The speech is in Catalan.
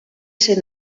ser